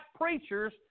preachers